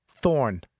Thorn